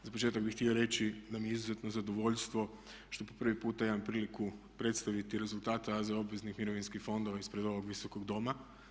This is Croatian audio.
Za početak bi htio reći da mi je izuzetno zadovoljstvo što po prvi puta imam priliku predstaviti AZ obveznih mirovinskih fondova ispred ovog visokog doma.